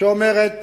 שאומרת